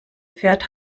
fährt